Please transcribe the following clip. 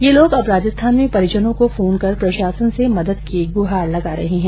ये लोग अब राजस्थान में परिजनों को फोन कर प्रशासन से मदद की गुहार लगा रहे हैं